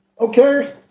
Okay